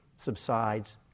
subsides